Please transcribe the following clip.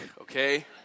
okay